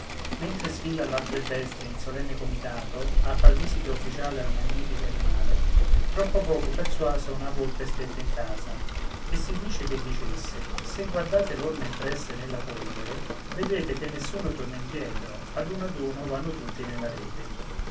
mentre sfilan l'altre bestie in solenne comitato a far visita ufficiale al magnifico animale troppo poco persuasa una volpe stette in casa e si dice che dicesse se guardate l'orme impresse nella polvere vedrete che nessuno torna indietro ad uno ad uno vanno tutti nella rete